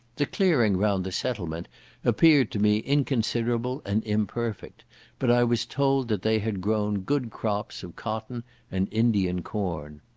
the clearing round the settlement appeared to me inconsiderable and imperfect but i was told that they had grown good crops of cotton and indian corn.